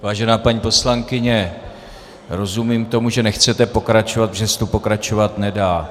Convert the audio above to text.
Vážená paní poslankyně, rozumím tomu, že nechcete pokračovat, protože se tu pokračovat nedá.